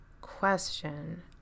question